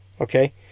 Okay